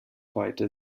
heute